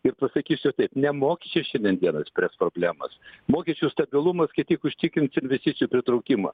ir pasakysiu taip ne mokesčiai šiandien dienai išspręs problemas mokesčių stabilumas kaip tik užtikrins investicijų pritraukimą